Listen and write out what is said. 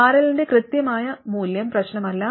RL ന്റെ കൃത്യമായ മൂല്യം പ്രശ്നമല്ല